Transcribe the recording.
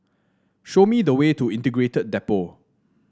show me the way to Integrated Depot